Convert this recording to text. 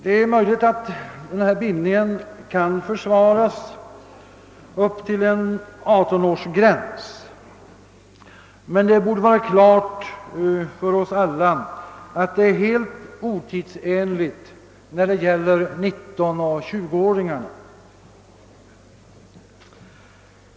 Det är möjligt att denna bindning kan försvaras upp till 18 års ålder, men det borde vara klart för alla att den är helt otidsenlig när det gäller 19 och 20-åringarna.